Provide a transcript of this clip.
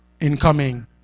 Incoming